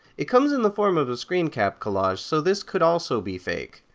it comes in the form of a screencap collage, so this could also be fake.